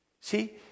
See